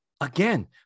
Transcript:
again